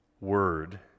word